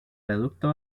reducto